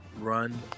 Run